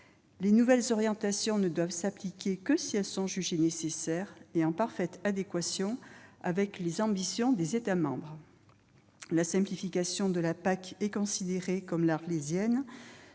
Les nouvelles orientations ne doivent s'appliquer que si elles sont jugées nécessaires et en parfaite adéquation avec les ambitions des États membres. La simplification de la PAC est considérée comme l'Arlésienne,